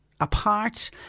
apart